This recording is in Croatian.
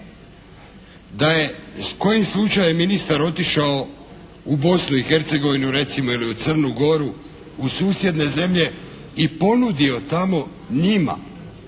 Da je kojim slučajem ministar otišao u Bosnu i Hercegovinu recimo ili u Crnu Goru, u susjedne zemlje i ponudio tamo njima